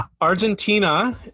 argentina